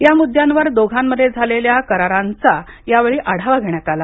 या मुद्द्यांवर दोघांमध्ये झालेल्या करारांचा यावेळी आढावा घेण्यात आला